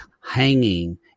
hanging